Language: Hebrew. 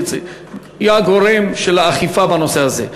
שהיא גורם האכיפה בנושא הזה.